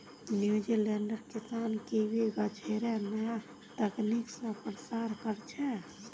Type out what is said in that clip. न्यूजीलैंडेर किसान कीवी गाछेर नया तकनीक स प्रसार कर छेक